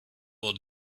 will